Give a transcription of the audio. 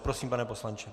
Prosím, pane poslanče.